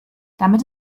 damit